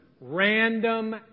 random